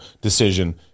decision